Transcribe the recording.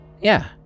Yeah